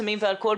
סמים ואלכוהול.